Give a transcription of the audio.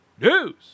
News